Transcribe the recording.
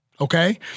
Okay